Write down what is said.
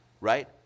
right